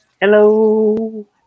Hello